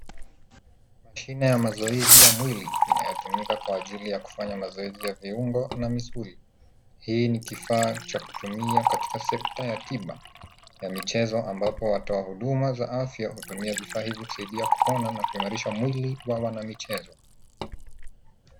Mashine ya mazoezi ya mwili inayotumika kwa ajili ya kufanya mazoezi ya viungo na misuli. Hii ni kifaa cha kutumia katika sekta ya tiba ya michezo ambapo watoa huduma za afya hutumia vifaa hivi kusaidia kuona na kuimarisha mwili wa wana michezo.